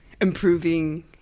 improving